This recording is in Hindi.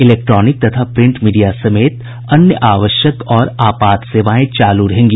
इलेक्ट्रॉनिक तथा प्रिंट मीडिया समेत अन्य आवश्यक और आपात सेवाएं चालू रहेंगी